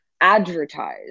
advertise